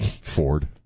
Ford